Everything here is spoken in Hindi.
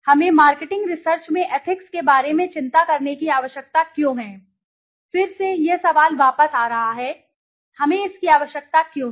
हमें मार्केटिंग रिसर्च में एथिक्स के बारे में चिंता करने की आवश्यकता क्यों है फिर से यह सवाल वापस आ रहा है हमें इसकी आवश्यकता क्यों है